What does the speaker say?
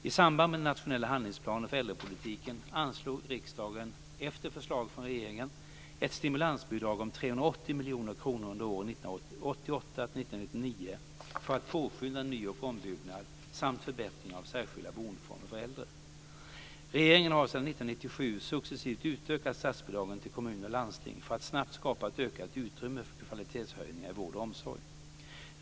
I samband med den nationella handlingsplanen för äldrepolitiken anslog riksdagen, efter förslag från regeringen, ett stimulansbidrag om 380 miljoner kronor under åren 1998-1999 för att påskynda ny och ombyggnad samt förbättring av särskilda boendeformer för äldre. Regeringen har sedan 1997 successivt utökat statsbidragen till kommuner och landsting för att snabbt skapa ett ökat utrymme för kvalitetshöjningar inom vård och omsorg.